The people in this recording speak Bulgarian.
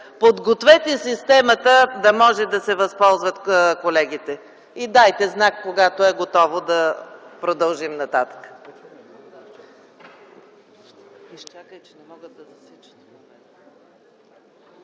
подгответе системата, за да може да се възползват колегите, и дайте знак, когато е готова , за да продължим нататък.